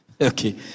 Okay